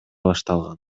башталган